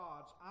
gods